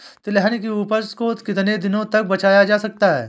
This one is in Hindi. तिलहन की उपज को कितनी दिनों तक बचाया जा सकता है?